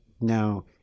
Now